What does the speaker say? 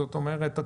זאת אומרת,